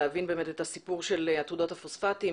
להבין את הסיפור של עתודות הפוספטים,